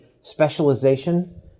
specialization